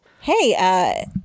Hey